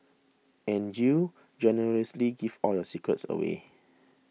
and you generously give all your secrets away